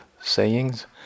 sayings